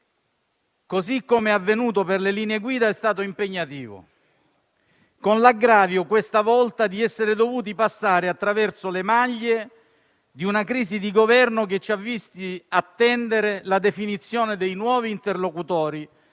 così come avvenuto per le linee guida, è stato impegnativo, con l'aggravio questa volta di essere dovuti passare attraverso le maglie di una crisi di Governo che ci ha visti attendere la definizione dei nuovi interlocutori